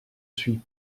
suis